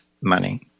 money